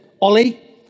Ollie